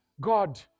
God